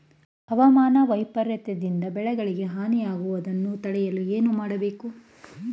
ಹವಾಮಾನ ವೈಪರಿತ್ಯ ದಿಂದ ಬೆಳೆಗಳಿಗೆ ಹಾನಿ ಯಾಗುವುದನ್ನು ತಡೆಯಲು ಏನು ಮಾಡಬೇಕು?